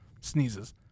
sneezes